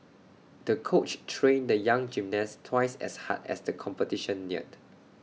the coach trained the young gymnast twice as hard as the competition neared